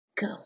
go